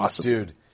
Dude